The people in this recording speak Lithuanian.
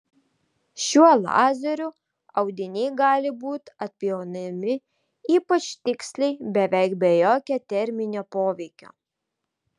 šiuo lazeriu audiniai gali būti atpjaunami ypač tiksliai beveik be jokio terminio poveikio